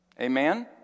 Amen